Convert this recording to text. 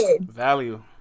value